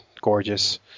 gorgeous